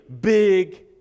big